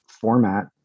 format